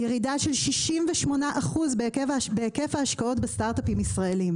יש ירידה של 68% בהיקף ההשקעות בסטרטאפים הישראליים.